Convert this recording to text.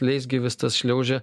leisgyvis tas šliaužia